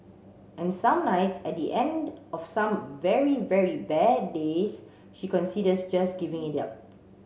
and some nights at the end of some very very bad days she considers just giving it up